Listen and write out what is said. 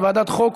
לוועדת החוקה,